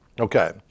Okay